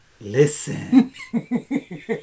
Listen